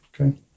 Okay